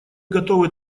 готовы